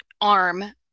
arm